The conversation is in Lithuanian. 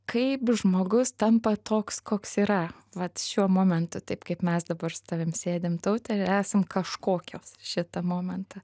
kaip žmogus tampa toks koks yra vat šiuo momentu taip kaip mes dabar su tavim sėdim taute ir esam kažkokios šitą momentą